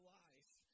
life